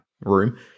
room